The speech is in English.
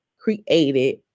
created